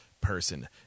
person